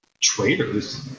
Traitors